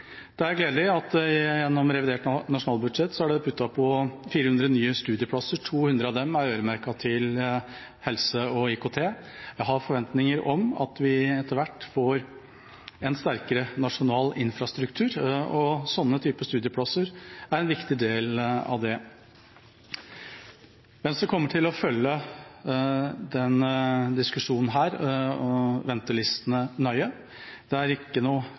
Det er gledelig at det med revidert nasjonalbudsjett ble 400 nye studieplasser. 200 av dem er øremerket helse og IKT. Jeg har forventninger om at vi etter hvert får en sterkere nasjonal infrastruktur, og denne typen studieplasser er en viktig del av det. Venstre kommer til å følge denne diskusjonen om ventelistene nøye. Det er ikke noe